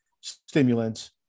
stimulants